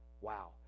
Wow